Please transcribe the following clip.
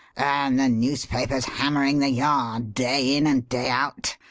and the newspapers hammering the yard day in and day out.